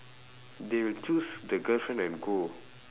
they would choose the girlfriend and go